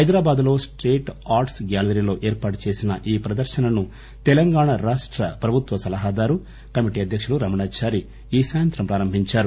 హైదరాబాద్ లో state arts gallery లో ఏర్పాటు చేసిన ఈ ప్రదర్శనను తెలంగాణ రాష్ట ప్రభుత్వ సలహాదారు కమిటీ అధ్యకులు రమణాచారి ఈ సాయంత్రం ప్రారంభించారు